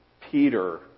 Peter